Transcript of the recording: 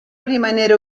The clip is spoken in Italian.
rimanere